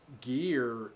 gear